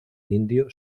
indio